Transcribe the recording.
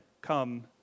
Come